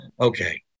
Okay